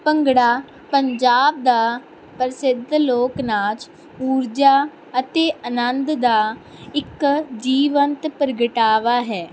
ਭੰਗੜਾ ਪੰਜਾਬ ਦਾ ਪ੍ਰਸਿੱਧ ਲੋਕ ਨਾਚ ਊਰਜਾ ਅਤੇ ਅਨੰਦ ਦਾ ਇੱਕ ਜੀਵਨਤ ਪ੍ਰਗਟਾਵਾ ਹੈ